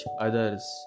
others